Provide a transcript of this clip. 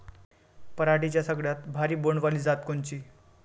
पराटीची सगळ्यात भारी बोंड वाली जात कोनची?